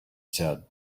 said